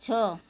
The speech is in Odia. ଛଅ